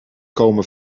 komen